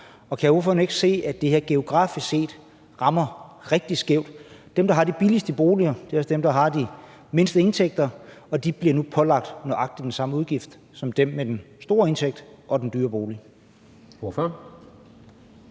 Kan ordføreren ikke se, at det her geografisk set rammer rigtig skævt? Dem, der har de billigste boliger, er også dem, der har de mindste indtægter, og de bliver nu pålagt nøjagtig den samme udgift som dem med den store indtægt og den dyre bolig.